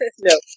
No